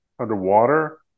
Underwater